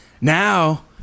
Now